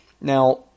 Now